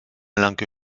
langue